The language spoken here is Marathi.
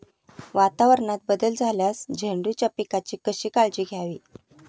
वातावरणात बदल झाल्यास झेंडूच्या पिकाची कशी काळजी घ्यावी?